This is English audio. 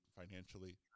financially